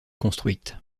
construite